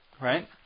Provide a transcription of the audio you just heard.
Right